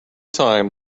time